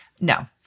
No